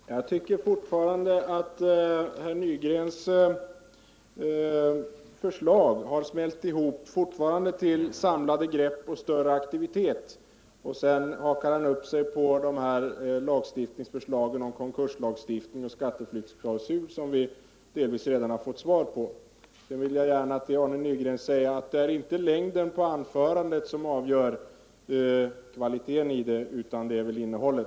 Herr talman! Jag tycker fortfarande att herr Nygrens förslag smält samman till ”samlade grepp” och ”större aktivitet”. Vidare hakar han upp sig på förslagen om konkurslagstiftning och en skatteflyktsklausul som justitieministern nyss redogjort för. Sedan vill jag gärna till herr Nygren säga att det inte är längden på anförandena som är det avgörande för kvaliteten, utan det är väl innehållet.